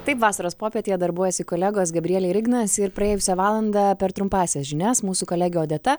taip vasaros popietėje darbuojasi kolegos gabrielė ir ignas ir praėjusią valandą per trumpąsias žinias mūsų kolegė odeta